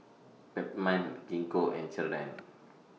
Peptamen Gingko and Ceradan